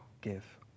give